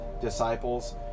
disciples